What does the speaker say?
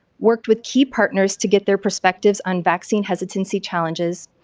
worked with key partners to get their perspectives on vaccine hesitancy challenges.